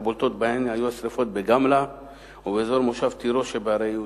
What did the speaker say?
הבולטות בהן היו השרפות בגמלא ובאזור מושב תירוש שבמטה יהודה.